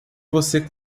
você